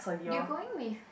you going with